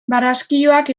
barraskiloak